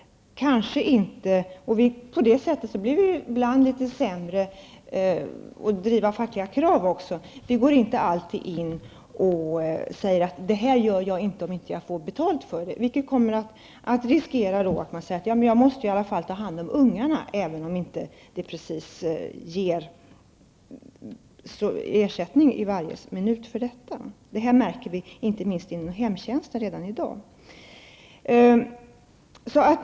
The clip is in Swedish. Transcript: På det sättet blir vi ibland litet sämre på att driva fackliga krav. Vi går inte alltid in och säger: Det här gör jag inte om jag inte får betalt. Vi resonerar i stället så: Jag måste i alla fall ta hand om ungarna även om det inte precis ger ersättning varje minut. Detta märker vi inte minst inom hemtjänsten redan i dag.